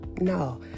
No